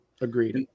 agreed